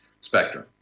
spectrum